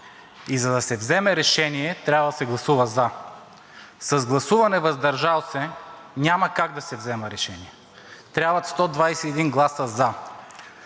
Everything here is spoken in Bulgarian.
и за да се вземе решение, трябва да се гласува „за“. С гласуване „въздържал се“ няма как да се вземе решение. Трябват 121 гласа „за“.